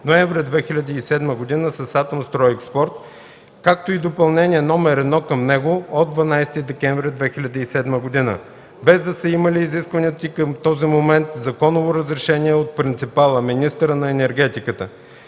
ноември 2007 г. с „Атомстройекспорт”, както и Допълнение № 1 към него от 12 декември 2007 г., без да са имали изискваното към този момент законово разрешение от принципала – министъра на енергетиката.